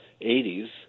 80s